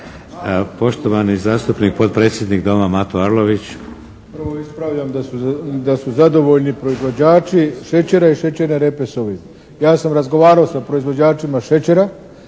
Poštovani zastupnik, potpredsjednik Doma Mato Arlović. **Arlović, Mato (SDP)** Prvo, ispravljam da su zadovoljni proizvođači šećera i šećerne repe s ovim. Ja sam razgovarao sa proizvođačima šećera,